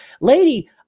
lady